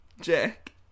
Jack